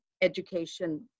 education